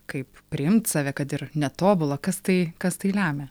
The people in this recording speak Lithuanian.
kaip priimt save kad ir netobulą kas tai kas tai lemia